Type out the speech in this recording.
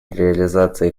реализации